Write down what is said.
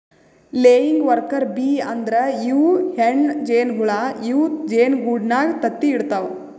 laying worker bee ಅಂದ್ರ ಇವ್ ಹೆಣ್ಣ್ ಜೇನಹುಳ ಇವ್ ಜೇನಿಗೂಡಿನಾಗ್ ತತ್ತಿ ಇಡತವ್